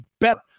better